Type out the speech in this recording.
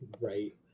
Right